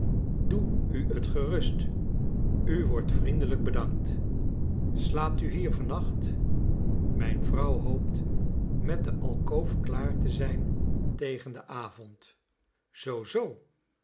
doe u t gerust u wordt vriendelijk bedankt slaap u hier vannacht mijn vrouw hoopt met de alkoof klaar te zijn tegen den avond zoo zoo